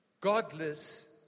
godless